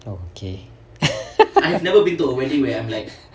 okay